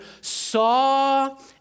saw